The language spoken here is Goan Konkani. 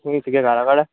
खूंय तुगे घरा कोडे